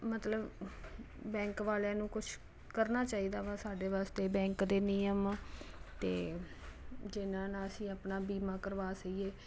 ਮਤਲਬ ਬੈਂਕ ਵਾਲਿਆਂ ਨੂੰ ਕੁਛ ਕਰਨਾ ਚਾਹੀਦਾ ਵਾ ਸਾਡੇ ਵਾਸਤੇ ਬੈਂਕ ਦੇ ਨਿਯਮ ਅਤੇ ਜਿਹਨਾਂ ਨਾਲ ਅਸੀਂ ਆਪਣਾ ਬੀਮਾ ਕਰਵਾ ਸਕੀਏ